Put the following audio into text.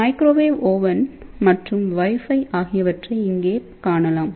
microwave oven மற்றும் wifi ஆகியவற்றைஇங்கே காணலாம்